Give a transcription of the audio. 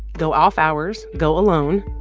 go off-hours. go alone.